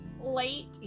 late